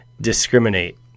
discriminate